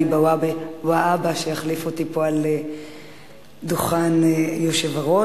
והבה שיחליף אותי פה על דוכן היושב-ראש.